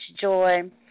joy